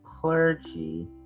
clergy